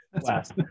last